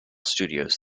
studios